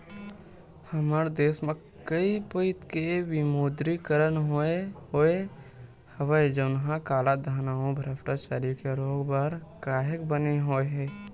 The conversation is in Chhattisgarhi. हमर देस म कइ पइत के विमुद्रीकरन होय होय हवय जउनहा कालाधन अउ भस्टाचारी के रोक बर काहेक बने होय हे